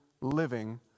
living